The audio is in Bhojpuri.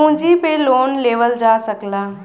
पूँजी पे लोन लेवल जा सकला